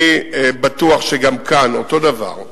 אני בטוח שגם כאן אותו דבר.